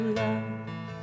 love